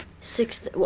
Six